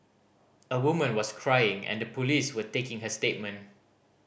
a woman was crying and the police were taking her statement